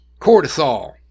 cortisol